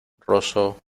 rosso